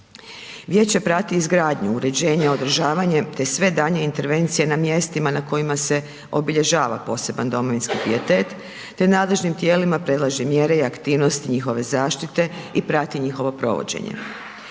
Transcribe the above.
Vijeće prati izgradnju, uređenje, održavanje te sve daljnje intervencije na mjestima na kojima se obilježava poseban domovinski pijetet te nadležnim tijelima predlaže mjere i aktivnosti njihove zaštite i prati njihovo provođenje.